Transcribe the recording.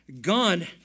God